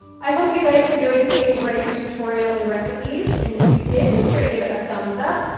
i hope you guys enjoyed today's rice tutorial and recipes, and, if you did, make sure to give it a thumbs up,